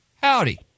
Howdy